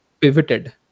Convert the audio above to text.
pivoted